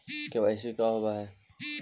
KCC का होव हइ?